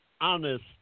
honest